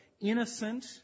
innocent